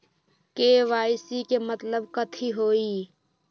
KYC के मतलब कथी होई?